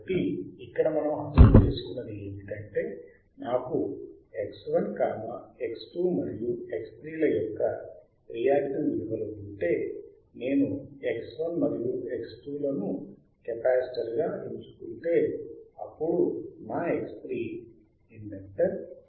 కాబట్టి ఇక్కడ మనం అర్థం చేసుకున్నది ఏమిటంటే నాకు X1 X2 మరియు X3 ల యొక్క రియాక్టివ్ విలువలు ఉంటే నేను X1 మరియు X2 లను కెపాసిటర్ గా ఎంచుకుంటే అప్పుడు నా X3 ఇండక్టర్ అవుతుంది